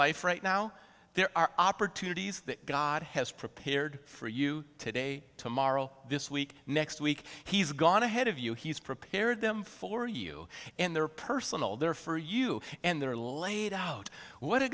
life right now there are opportunities that god has prepared for you today tomorrow this week next week he's gone ahead of you he's prepared them for you and they're personal there for you and they're laid out what a